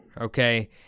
okay